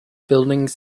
buildings